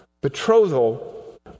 betrothal